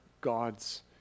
God's